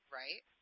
right